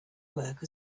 work